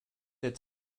its